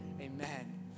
amen